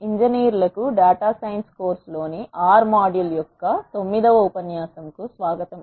ఇంజనీర్లకు data science course లోని R module యొక్క 9 వ ఉపన్యాసం కు స్వాగతం